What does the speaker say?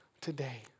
today